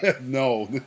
No